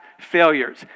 failures